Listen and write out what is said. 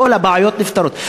כל הבעיות נפתרות.